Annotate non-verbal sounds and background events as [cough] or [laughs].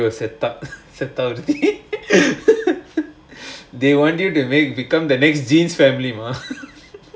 oh you're set up only [laughs] they want you to make become the next jeans family mah